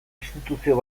instituzio